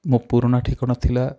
ମୋ ପୁରୁଣା ଠିକଣା ଥିଲା